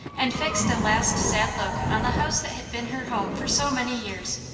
and fixed a last sad look on the house that had been her home for so many years.